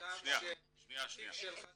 מכתב שהתיק שלהם